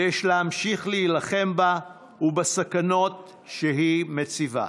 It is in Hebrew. ויש להמשיך להילחם בה ובסכנות שהיא מציבה.